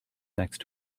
next